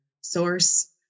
source